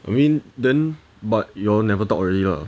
I mean then but you all never talk already lah